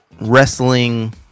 Wrestling